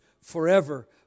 forever